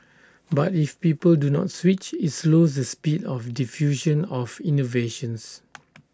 but if people do not switch IT slows the speed of diffusion of innovations